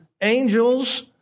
angels